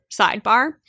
sidebar